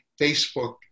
Facebook